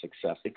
Success